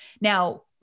Now